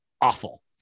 awful